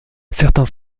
certains